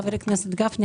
חבר הכנסת גפני,